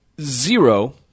zero